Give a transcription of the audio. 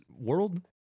world